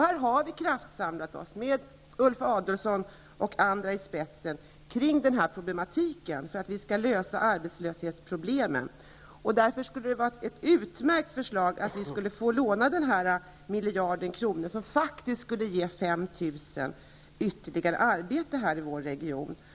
Här har vi gjort en kraftsamling, med Ulf Adelsohn och andra i spetsen, för att lösa arbetslöshetsproblemen. Det är ett utmärkt förslag att vi skulle få låna en miljard, som faktiskt skulle ge ytterligare 5 000 personer arbete i vår region.